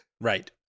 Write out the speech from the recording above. Right